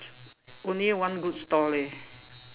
only one good stall leh